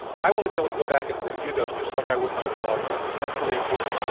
i want to be able to go back and review those just like i would my own blog post. that's really important.